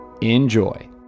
Enjoy